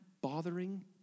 bothering